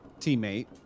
teammate